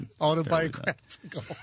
Autobiographical